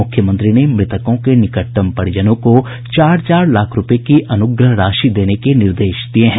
मुख्यमंत्री ने मृतकों के निकटतम परिजनों को चार चार लाख रूपये की अनुग्रह राशि देने के निर्देश दिये हैं